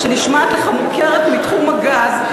שנשמעת לך מוכרת מתחום הגז.